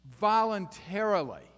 voluntarily